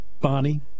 Bonnie